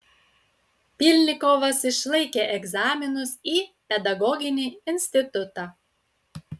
pylnikovas išlaikė egzaminus į pedagoginį institutą